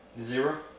zero